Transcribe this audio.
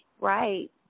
Right